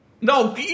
No